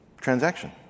transaction